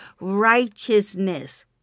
righteousness